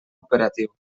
operatiu